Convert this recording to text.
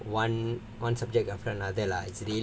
one one subject after another lah it's really very tiring for them